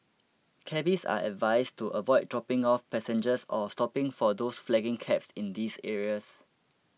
cabbies are advised to avoid dropping off passengers or stopping for those flagging cabs in these areas